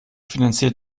finanziert